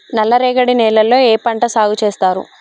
నల్లరేగడి నేలల్లో ఏ పంట సాగు చేస్తారు?